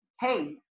hey